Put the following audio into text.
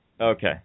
Okay